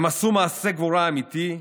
הם עשו מעשה גבורה אמיתי,